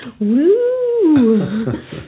Woo